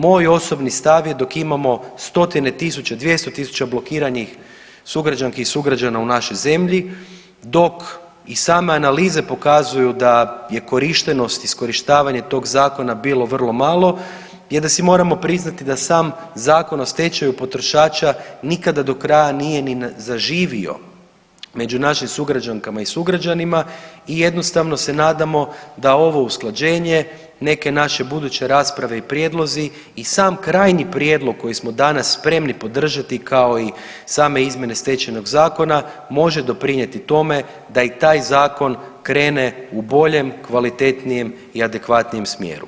Moj osobni stav je dok imamo stotine tisuća, 200 000 blokiranih sugrađanki i sugrađana u našoj zemlji, dok i same analize pokazuju da je korištenost, iskorištavanje tog zakona bilo vrlo malo je da si moramo priznati da sam Zakon o stečaju potrošača nikada do kraja nije ni zaživio među našim sugrađankama i sugrađanima i jednostavno se nadamo da ovo usklađenje, neke naše buduće rasprave i prijedlozi i sam krajnji prijedlog koji smo danas spremni podržati, kao i same izmjene Stečajnog zakona može doprinijeti tome da i taj zakon krene u boljem, kvalitetnijem i adekvatnijem smjeru.